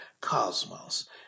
Cosmos